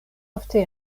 ofte